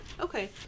Okay